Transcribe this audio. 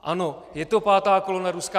Ano, je to pátá kolona Ruska.